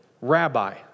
rabbi